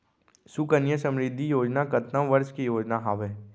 सुकन्या समृद्धि योजना कतना वर्ष के योजना हावे?